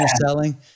selling